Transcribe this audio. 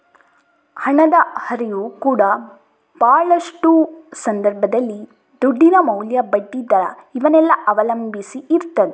ಹಣದ ಹರಿವು ಕೂಡಾ ಭಾಳಷ್ಟು ಸಂದರ್ಭದಲ್ಲಿ ದುಡ್ಡಿನ ಮೌಲ್ಯ, ಬಡ್ಡಿ ದರ ಇವನ್ನೆಲ್ಲ ಅವಲಂಬಿಸಿ ಇರ್ತದೆ